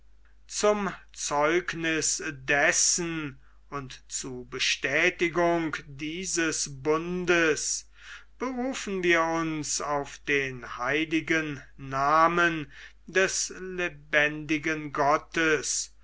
zum zeugniß dessen und zu bestätigung dieses bundes berufen wir uns auf den heiligen namen des lebendigen gottes